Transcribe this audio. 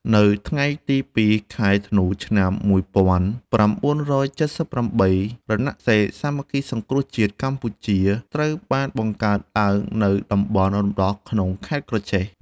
នៅថ្ងៃទី ២ ខែធ្នូ ឆ្នាំ ១៩៧៨ រណសិរ្សសាមគ្គីសង្គ្រោះជាតិកម្ពុជាត្រូវបានបង្កើតឡើងនៅតំបន់រំដោះក្នុងខេត្តក្រចេះ។